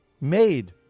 made